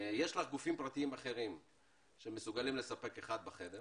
יש לך גופים פרטיים אחרים שמסוגלים לספק אחד בחד,